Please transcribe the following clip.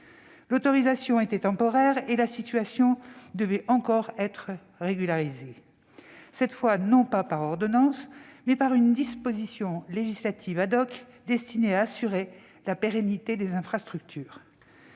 L'autorisation était temporaire et la situation devait encore être régularisée, cette fois non pas par ordonnance, mais par une disposition législative destinée à assurer la pérennité des infrastructures.